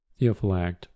Theophilact